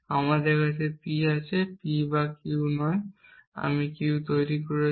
আমার কাছে P আছে এবং P বা Q নয় এবং আমি Q তৈরি করছি